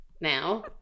now